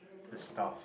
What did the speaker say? the stuff